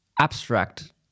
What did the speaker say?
abstract